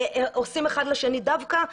עושים אחד לשני דווקא,